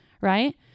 right